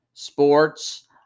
Sports